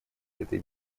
этой